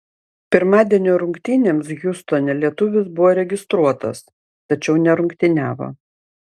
pirmadienio rungtynėms hjustone lietuvis buvo registruotas tačiau nerungtyniavo